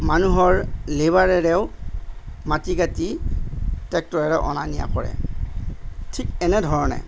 মানুহৰ লেইবাৰেৰেও মাটি কাটি ট্ৰেক্টৰেৰে অনা নিয়া কৰে ঠিক এনেধৰণে